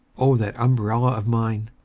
o that umbrella of mine!